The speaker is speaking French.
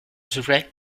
soufflet